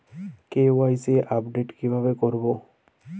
KYC update কিভাবে করবো?